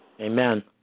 Amen